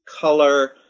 color